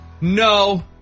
No